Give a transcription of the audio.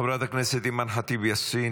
חברת הכנסת אימאן ח'טיב יאסין,